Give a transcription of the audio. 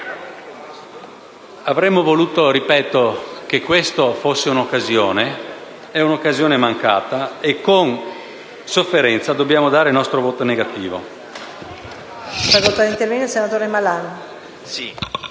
Avremmo voluto - ripeto - che questa fosse un'occasione. È un'occasione mancata e con sofferenza dovremo esprimere il nostro voto contrario.